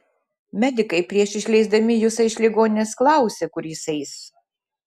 medikai prieš išleisdami jusą iš ligoninės klausė kur jis eis